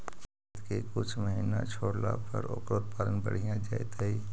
खेत के कुछ महिना छोड़ला पर ओकर उत्पादन बढ़िया जैतइ?